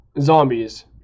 zombies